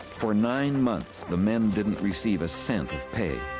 for nine months, the men didn't receive a cent of pay.